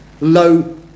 low